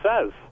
says